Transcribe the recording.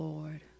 Lord